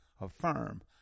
Affirm